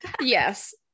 yes